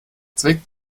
zweck